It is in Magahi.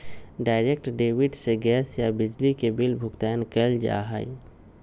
डायरेक्ट डेबिट से गैस या बिजली के बिल भुगतान कइल जा हई